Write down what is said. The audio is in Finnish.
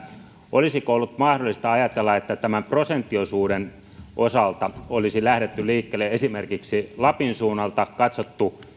olisiko ollut mahdollista ajatella että tämän prosenttiosuuden osalta olisi lähdetty liikkeelle esimerkiksi lapin suunnalta katsottu